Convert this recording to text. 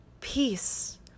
peace